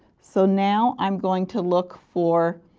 so now i am going to look for